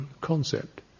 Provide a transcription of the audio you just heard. concept